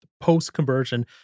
post-conversion